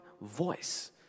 voice